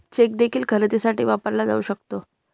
check देखील खरेदीसाठी वापरला जाऊ शकतो